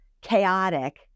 chaotic